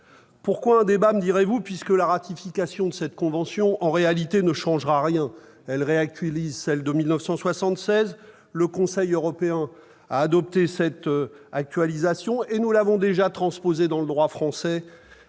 Pourquoi un débat, me direz-vous, puisque la ratification de cette convention ne changera rien ? Elle réactualise celle de 1976, le Conseil européen l'a déjà adoptée et nous l'avons déjà transposée dans le droit français